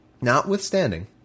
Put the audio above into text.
Notwithstanding